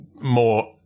more